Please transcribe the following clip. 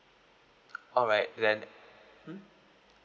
alright then hmm